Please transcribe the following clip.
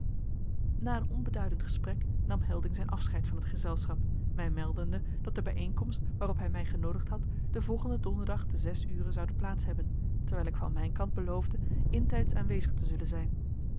na een onbeduidend gesprek nam helding zijn afscheid van het gezelschap mij meldende dat de bijeenkomst waarop hij mij genoodigd had den volgenden donderdag te zes uren zoude plaats hebben terwijl ik van mijn kant beloofde intijds aanwezig te zullen zijn